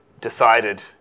decided